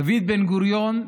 דוד בן-גוריון,